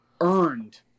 earned